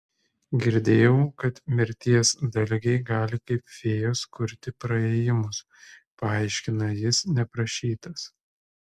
girdėjau kad mirties dalgiai gali kaip fėjos kurti praėjimus paaiškina jis neprašytas